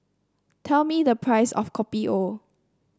tell me the price of Kopi O